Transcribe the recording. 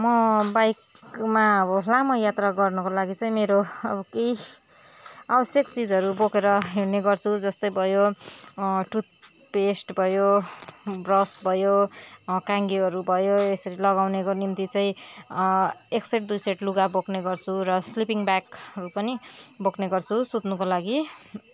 म बाइकमा अब लामो यात्रा गर्नुको लागि चाहिँ मेरो केही आवश्यक चिजहरू बोकेर हिँड्ने गर्छु जस्तै भयो टुथपेस्ट भयो ब्रस भयो काइँयोहरू भयो यसरी लगाउनेको निम्ति चाहिँ एक सेट दुई सेट लुगा बोक्ने गर्छु र स्लिपिङ ब्यागहरू पनि बोक्नु गर्छु सुत्नुको लागि